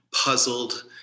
puzzled